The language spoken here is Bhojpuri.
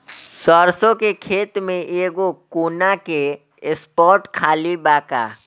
सरसों के खेत में एगो कोना के स्पॉट खाली बा का?